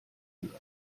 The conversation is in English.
canada